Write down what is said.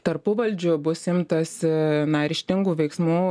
tarpuvaldžiu bus imtasi ryžtingų veiksmų